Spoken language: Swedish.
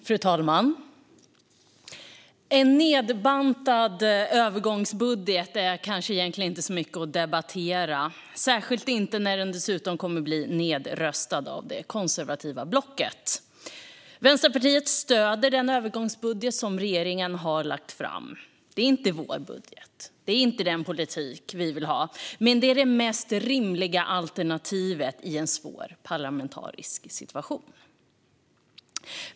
Fru talman! En nedbantad övergångsbudget är egentligen inte så mycket att debattera, särskilt inte när den dessutom blivit nedröstad av det konservativa blocket. Vänsterpartiet stöder den övergångsbudget som regeringen har lagt fram. Det är inte vår budget och inte den politik vi vill ha, men det är det mest rimliga alternativet i en svår parlamentarisk situation.